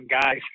guys